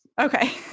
Okay